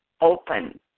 open